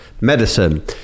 medicine